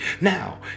Now